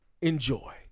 Enjoy